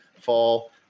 fall